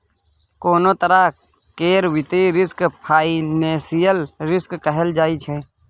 कोनों तरह केर वित्तीय रिस्क फाइनेंशियल रिस्क कहल जाइ छै